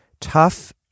tough